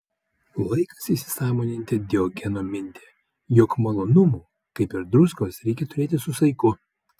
laikas įsisąmoninti diogeno mintį jog malonumų kaip ir druskos reikia turėti su saiku